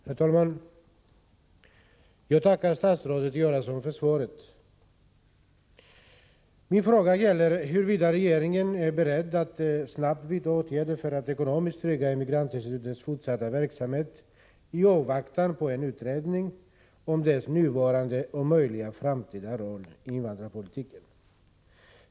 Herr talman! Jag tackar statsrådet Göransson för svaret. Min fråga gäller huruvida regeringen är beredd att snabbt vidta åtgärder för att ekonomiskt trygga Immigrant-Institutets fortsatta verksamhet i avvaktan på en utredning om dess nuvarande och möjliga framtida roll i invandrarpolitiken.